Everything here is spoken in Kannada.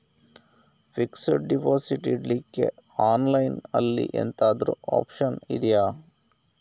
ಫಿಕ್ಸೆಡ್ ಡೆಪೋಸಿಟ್ ಇಡ್ಲಿಕ್ಕೆ ಆನ್ಲೈನ್ ಅಲ್ಲಿ ಎಂತಾದ್ರೂ ಒಪ್ಶನ್ ಇದ್ಯಾ?